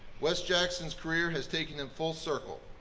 wes jackson's career has taken him full circle.